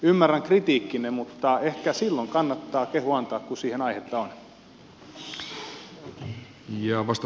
ymmärrän kritiikkinne mutta ehkä silloin kannattaa kehu antaa kun siihen aihetta on